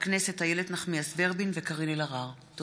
הכנסת איילת נחמיאס ורבין וקארין אלהרר בנושא: סחר בשמירות בצה"ל.